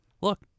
look